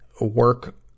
work